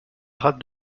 rade